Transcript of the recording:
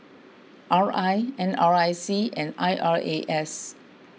R I N R I C and I R A S